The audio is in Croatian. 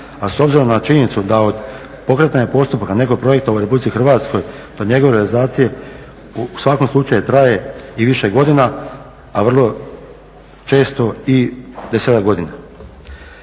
A s obzirom na činjenicu da od pokretanja postupaka nekog projekta u RH do njegove realizacije u svakom slučaju traje i više godine, a vrlo često i desetak godina.